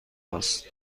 است